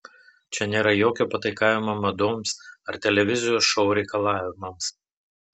čia nėra jokio pataikavimo madoms ar televizijos šou reikalavimams